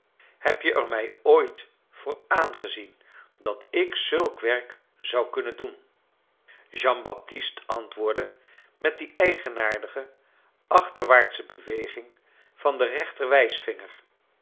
heb je er mij ooit voor aangezien dat ik zulk werk zou kunnen dcen jean baptist antwoordde met die eigenaardige achterwaartsche heweging van den rechter